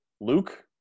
Luke